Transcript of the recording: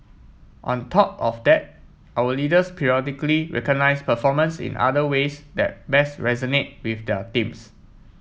on top of that our leaders periodically recognise performance in other ways that best resonate with their teams